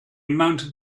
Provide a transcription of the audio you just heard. mounted